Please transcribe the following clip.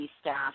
staff